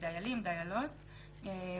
שמוצב לתפקיד האמור בידי המפעיל האווירי של כלי הטיס.